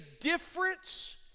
difference